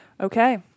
Okay